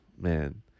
man